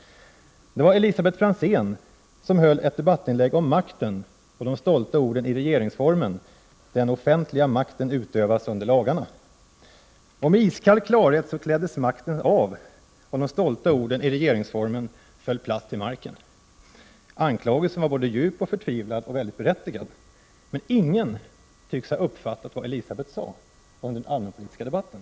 Det var Elisabet Franzén som gjorde ett debattinlägg om makten och de stolta orden i regeringsformen: ”Den offentliga makten utövas under lagarna.” Med iskall klarhet kläddes makten av, och de stolta orden i regeringsformen föll platt till marken. Anklagelsen var både djup och förtvivlad, och mycket berättigad, men ingen tycks ha uppfattat vad Elisabet Franzén sade om den allmänpolitiska debatten.